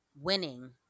Winning